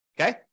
Okay